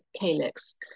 calyx